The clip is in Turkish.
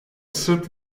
sırp